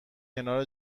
کنار